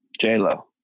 j-lo